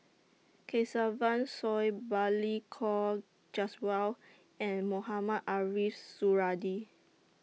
Kesavan Soon Balli Kaur Jaswal and Mohamed Ariff Suradi